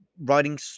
writing